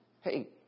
hey